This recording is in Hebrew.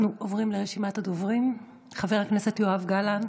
אנחנו עוברים לרשימת הדוברים: חבר הכנסת יואב גלנט,